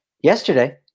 yesterday